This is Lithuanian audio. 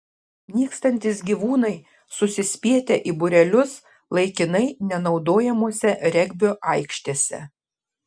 nykstantys gyvūnai susispietę į būrelius laikinai nenaudojamose regbio aikštėse